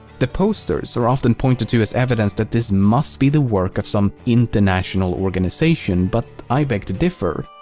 the posters are often pointed to as evidence that this must be the work of some international organization but i beg to differ.